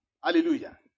Hallelujah